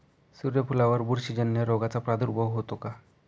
सूर्यफुलावर बुरशीजन्य रोगाचा प्रादुर्भाव होतो का?